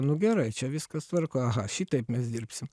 nu gerai čia viskas tvarkoj aha šitaip mes dirbsim